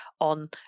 on